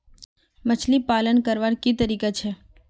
मछली पालन करवार की तरीका छे?